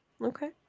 Okay